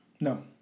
No